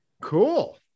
cool